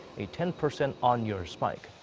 a ten percent on-year spike.